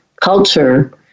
culture